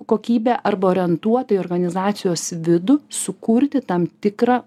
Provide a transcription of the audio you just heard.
kokybę arba orientuoti į organizacijos vidų sukurti tam tikrą